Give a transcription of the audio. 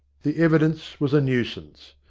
the evidence was a nuisance.